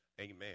Amen